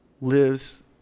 lives